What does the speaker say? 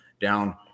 down